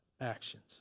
actions